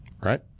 right